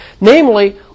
Namely